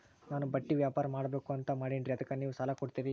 ನಾನು ಬಟ್ಟಿ ವ್ಯಾಪಾರ್ ಮಾಡಬಕು ಅಂತ ಮಾಡಿನ್ರಿ ಅದಕ್ಕ ನೀವು ಸಾಲ ಕೊಡ್ತೀರಿ?